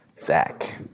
Zach